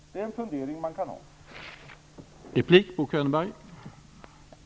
Det är en fundering som man kan ha.